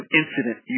incident